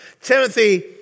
Timothy